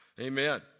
Amen